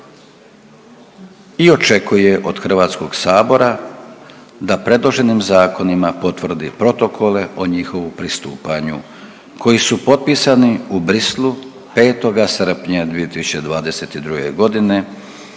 i očekuje od Hrvatskog sabora da predloženim zakona potvrdi protokole o njihovom pristupanju koji su potpisani u Bruxellesu 5. srpnja 2022. godine